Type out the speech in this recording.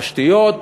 תשתיות,